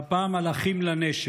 והפעם על אחים לנשק.